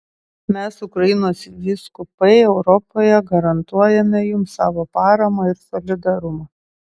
mes ukrainos vyskupai europoje garantuojame jums savo paramą ir solidarumą